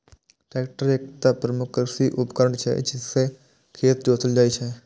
tractor एकटा प्रमुख कृषि उपकरण छियै, जइसे खेत जोतल जाइ छै